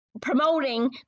promoting